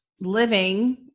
living